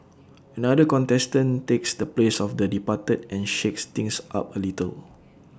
another contestant takes the place of the departed and shakes things up A little